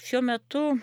šiuo metu